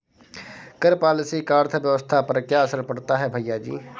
कर पॉलिसी का अर्थव्यवस्था पर क्या असर पड़ता है, भैयाजी?